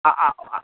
अँ आ आ